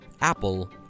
Apple